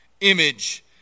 image